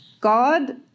God